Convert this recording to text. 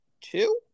two